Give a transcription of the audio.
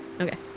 Okay